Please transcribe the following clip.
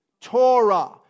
Torah